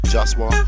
Joshua